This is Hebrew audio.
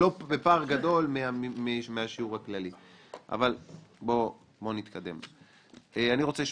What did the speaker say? לסיום, אני רוצה לומר,